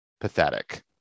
pathetic